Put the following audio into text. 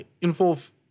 involve